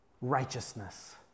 righteousness